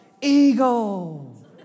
eagle